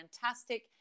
fantastic